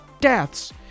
deaths